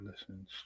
listens